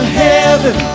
heaven